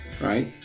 right